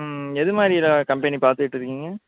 எது மாதிரி கம்பெனி பார்த்துகிட்டு இருக்கீங்க